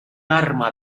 arma